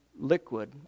liquid